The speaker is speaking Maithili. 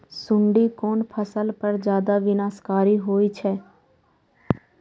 सुंडी कोन फसल पर ज्यादा विनाशकारी होई छै?